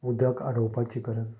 उदक आडोवपाची गरज आसा